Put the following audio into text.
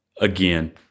again